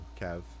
Kev